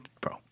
bro